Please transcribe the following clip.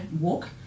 walk